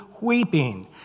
weeping